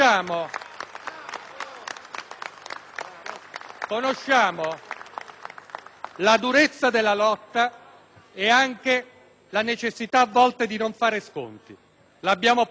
Conosciamo la durezza della lotta e anche la necessità a volte di non fare sconti: l'abbiamo praticata nella scorsa legislatura.